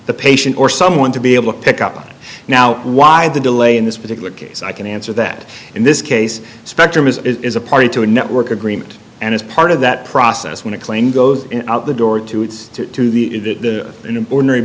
the patient or someone to be able to pick up now why the delay in this particular case i can answer that in this case spectrum is a party to a network agreement and as part of that process when a plane goes out the door to its to the in an ordinary